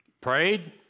prayed